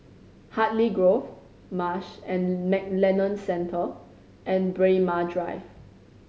Hartley Grove Marsh and McLennan Centre and Braemar Drive